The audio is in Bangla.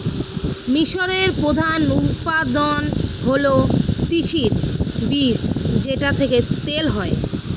মিশরের প্রধান উৎপাদন হল তিসির বীজ যেটা থেকে তেল হয়